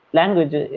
language